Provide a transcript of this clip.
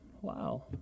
Wow